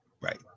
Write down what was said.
Right